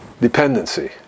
dependency